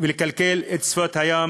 ולקלקל את שפת הים